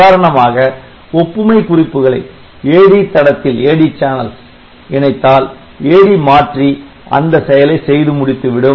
உதாரணமாக ஒப்புமை குறிப்புகளை AD தடத்தில் AD Channel இணைத்தால் AD மாற்றி அந்த செயலை செய்து முடித்து விடும்